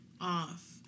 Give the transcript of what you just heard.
off